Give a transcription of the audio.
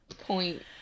point